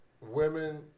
women